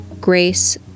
grace